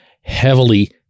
heavily